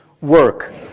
work